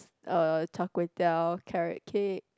uh Char-Kway-Teow carrot cake